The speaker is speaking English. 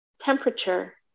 temperature